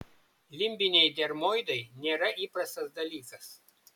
limbiniai dermoidai nėra įprastas dalykas